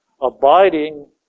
abiding